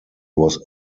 was